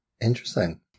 Interesting